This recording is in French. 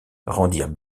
rendirent